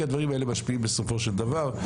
כי הדברים האלה משפיעים בסופו של דבר.